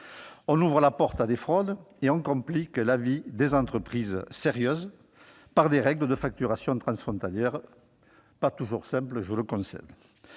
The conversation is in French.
On ouvre la porte à des fraudes et on complique la vie des entreprises sérieuses au travers de règles de facturation transfrontalières pas toujours simples, je le concède.